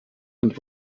und